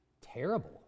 terrible